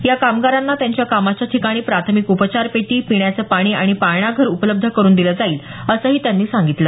या कामगारांना त्यांच्या कामाच्या ठिकाणी प्रथमिक उपचार पेटी पिण्याचं पाणी आणि पाळणाघर उपलब्ध करून दिलं जाईल असंही त्यांनी सांगितलं